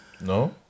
No